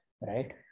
right